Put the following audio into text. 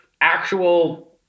actual